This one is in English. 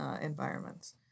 environments